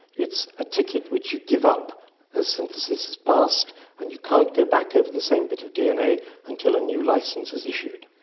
it's a ticket which you give up as synthesis is passed and you can't go back over the same bit of dna until a new licence is issued.